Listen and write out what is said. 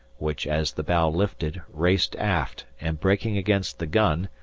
which, as the bow lifted, raced aft and, breaking against the gun,